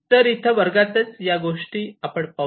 तर इथे वर्गातच या गोष्टी पाहू